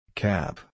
Cap